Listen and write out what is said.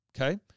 okay